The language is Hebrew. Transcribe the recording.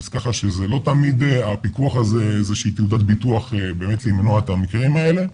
אז כך שהפיקוח הזה זה לא איזה שהיא תעודת ביטוח למנוע את המקרים האלה.